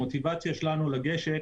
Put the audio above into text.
המוטיבציה שלנו לגשת